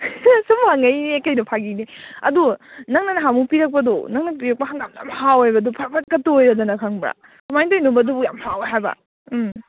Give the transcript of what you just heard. ꯁꯨꯝ ꯍꯪꯉꯛꯏꯅꯤꯅꯦ ꯀꯩꯅꯣ ꯐꯥꯒꯤꯅꯦ ꯑꯗꯣ ꯅꯪꯅ ꯅꯍꯥꯟꯃꯨꯛ ꯄꯤꯔꯛꯄꯗꯣ ꯅꯪꯅ ꯄꯤꯔꯛꯄ ꯍꯪꯒꯥꯝꯗꯣ ꯌꯥꯝ ꯍꯥꯎꯋꯦꯕ ꯑꯗꯣ ꯐꯔꯐꯠꯀ ꯇꯣꯏꯔꯗꯅ ꯈꯪꯕ꯭ꯔꯥ ꯀꯃꯥꯏꯅ ꯇꯧꯔꯤꯅꯣꯕ ꯑꯗꯨꯕꯣ ꯌꯥꯝ ꯍꯥꯎꯋꯦ ꯍꯥꯏꯕ ꯎꯝ